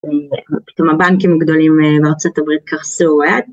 ופתאום הבנקים הגדולים בארצות הברית קרסו